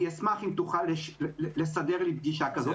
אני אשמח אם תוכל לסדר לי פגישה כזאת.